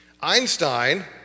Einstein